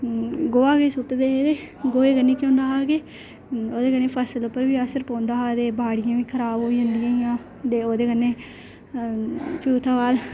गोहा गै सु'टदे हे गोहे कन्नै केह् होंदा हा कि ओह्दे कन्नै फसल उप्पर बी असर पौंदा हा ते बाड़ियां बी खराब होई जंदियां हियां ते ओह्दे कन्नै भी ओह्दे बाद